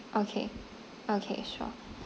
okay okay sure